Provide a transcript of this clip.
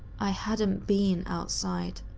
i hadn't been outside.